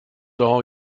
all